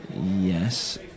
Yes